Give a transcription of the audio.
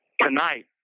Tonight